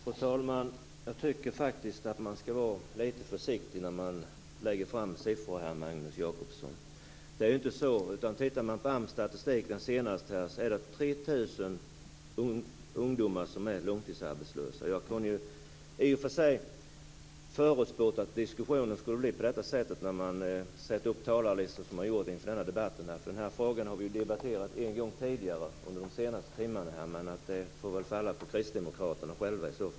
Fru talman! Jag tycker faktiskt att man skall vara lite försiktig när man lägger fram siffror här, Magnus Jacobsson. Om man tittar på den senaste statistiken från AMS är det 3 000 ungdomar som är långtidsarbetslösa. Jag kunde i och för sig ha förutspått att diskussionen skulle bli på det här sättet när man sätter ihop talarlistan på det sätt som har skett inför den här debatten. Den här frågan har vi ju debatterat en gång tidigare under de senaste timmarna. Men det får väl falla på Kristdemokraterna själva.